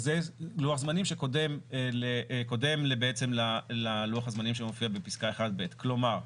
זה לוח זמנים שקודם בעצם ללוח הזמנים שמופיעה בפסקה 1ב. כלומר,